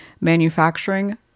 manufacturing